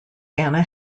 anna